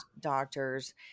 doctors